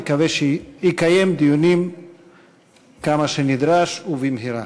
אבל נקווה שיקיים דיונים כמה שנדרש ובמהרה.